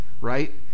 right